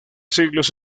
siglos